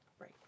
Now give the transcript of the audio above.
Right